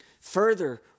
Further